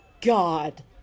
God